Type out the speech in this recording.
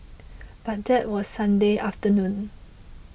but that was Sunday afternoon